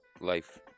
Life